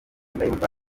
ndayumva